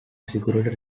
security